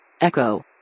Echo